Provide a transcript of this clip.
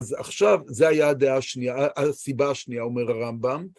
אז עכשיו, זו הייתה הדעה השנייה, הסיבה השנייה, אומר הרמב״ם.